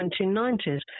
1990s